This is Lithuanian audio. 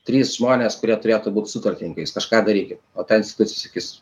trys žmonės kurie turėtų būt sutartininkais kažką darykit o ta institucija sakys